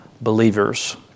believers